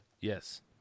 Yes